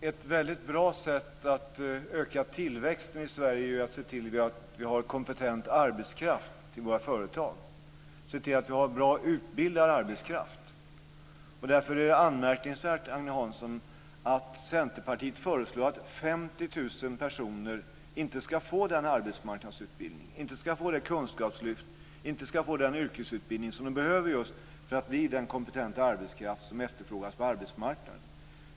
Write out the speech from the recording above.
Fru talman! Ett bra sätt att öka tillväxten i Sverige är att se till att vi har kompetent arbetskraft i våra företag, att se till att vi har väl utbildad arbetskraft. Därför är det anmärkningsvärt, Agne Hansson, att Centerpartiet föreslår att 50 000 personer inte ska få den arbetsmarknadsutbildning, det kunskapslyft, den yrkesutbildning de behöver för att bli den kompetenta arbetskraft som efterfrågas på arbetsmarknaden.